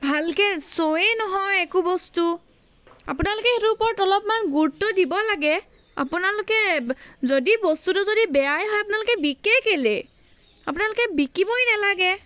ভালকে শ্ব'ৱে নহয় একো বস্তু আপোনালোকে সেইটোৰ ওপৰত অলপমান গুৰুত্ব দিব লাগে আপোনালোকে যদি বস্তুটো যদি বেয়াই হয় আপোনালোকে বিকে কেলৈ আপোনালোকে বিকিবই নেলাগে